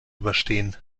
überstehen